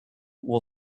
will